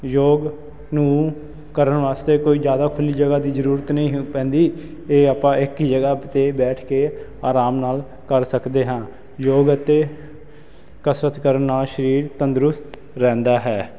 ਯੋਗ ਨੂੰ ਕਰਨ ਵਾਸਤੇ ਕੋਈ ਜ਼ਿਆਦਾ ਖੁੱਲ੍ਹੀ ਜਗ੍ਹਾ ਦੀ ਜ਼ਰੂਰਤ ਨਹੀਂ ਪੈਂਦੀ ਇਹ ਆਪਾਂ ਇੱਕ ਹੀ ਜਗ੍ਹਾ 'ਤੇ ਬੈਠ ਕੇ ਆਰਾਮ ਨਾਲ ਕਰ ਸਕਦੇ ਹਾਂ ਯੋਗ ਅਤੇ ਕਸਰਤ ਕਰਨ ਨਾਲ ਸਰੀਰ ਤੰਦਰੁਸਤ ਰਹਿੰਦਾ ਹੈ